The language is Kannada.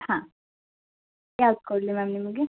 ಹಾ ಯಾವುದು ಕೊಡ್ಲಿ ಮ್ಯಾಮ್ ನಿಮಗೆ